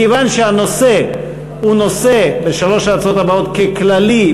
מכיוון שהנושא בשלוש ההצעות הבאות הוא כללי,